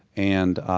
and